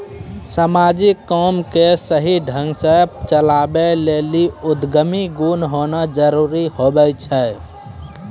समाजिक काम के सही ढंग से चलावै लेली उद्यमी गुण होना जरूरी हुवै छै